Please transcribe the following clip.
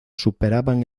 superaban